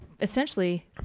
essentially